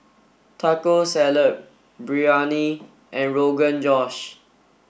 Taco Salad Biryani and Rogan Josh